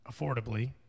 affordably